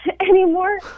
anymore